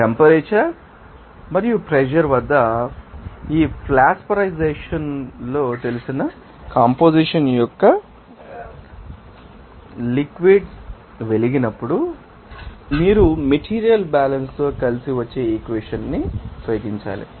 తెలియని టెంపరేచర్ మరియు ప్రెషర్ వద్ద ఫ్లాష్వెపరైజెషన్ంలో తెలిసిన కంపొజిషన్ యొక్క లిక్విడ్ ం వెలిగినప్పుడు మీరు మెటీరియల్ బ్యాలన్స్ తో కలిసి వచ్చే ఈక్వేషన్ ాన్ని ఉపయోగించాలి